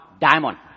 diamond